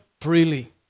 freely